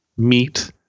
meet